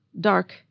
dark